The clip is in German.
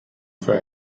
für